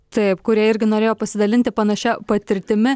taip kurie irgi norėjo pasidalinti panašia patirtimi